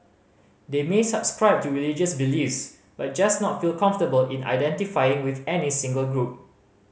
they may subscribe to religious beliefs but just not feel comfortable in identifying with any single group